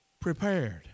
prepared